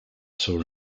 saw